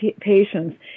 patients